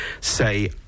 say